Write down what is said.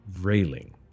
railing